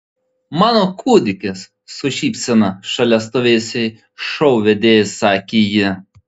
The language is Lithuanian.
mano kūdikis su šypsena šalia stovėjusiai šou vedėjai sakė ji